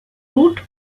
route